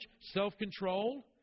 self-control